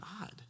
God